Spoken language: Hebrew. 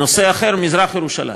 נושא אחר הוא מזרח-ירושלים.